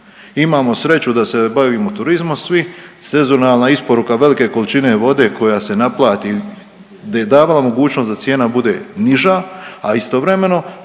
Imamo sreću da se bavimo turizmom svi, sezonalna isporuka velike količine vode koja se naplati, di je davala mogućnost da cijena bude niža, a istovremeno